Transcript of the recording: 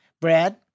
Brad